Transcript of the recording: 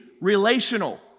relational